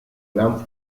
gran